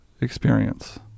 experience